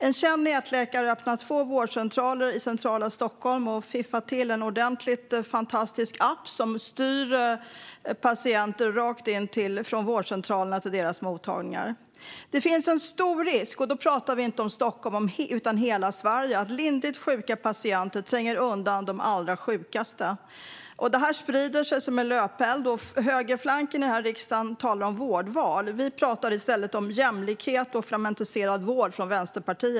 En känd nätläkare har öppnat två vårdcentraler i centrala Stockholm och har ordnat till en fantastisk app som styr patienter från vårdcentralerna rakt in till deras mottagningar. Det finns en stor risk - och då talar vi inte bara om Stockholm, utan om hela Sverige - att lindrigt sjuka patienter tränger undan de allra sjukaste. Det sprider sig som en löpeld. Högerflanken i riksdagen talar om vårdval. Vi från Vänsterpartiet talar i stället om jämlikhet och fragmentiserad vård. Fru talman!